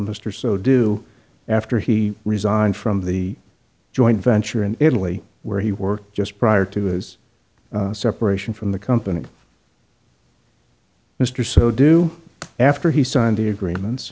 mr so do after he resigned from the joint venture in italy where he worked just prior to his separation from the company mr so do after he signed the agreements